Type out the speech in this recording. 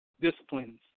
disciplines